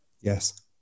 yes